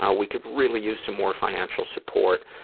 ah we could really use some more financial support,